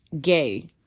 Gay